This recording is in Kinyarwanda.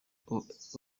olvis